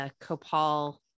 copal